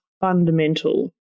fundamental